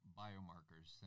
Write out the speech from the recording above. biomarkers